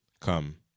come